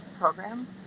program